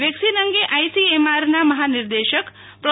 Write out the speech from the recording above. vaccine અંગે આઈસીએમઆરના મહાનિર્દેશક પ્રો